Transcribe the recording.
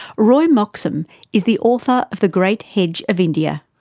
roy moxham is the author of the great hedge of india.